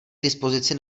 dispozici